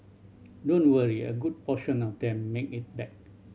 don't worry a good portion of them make it back